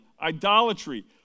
idolatry